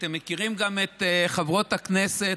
אתם מכירים גם את חברות הכנסת,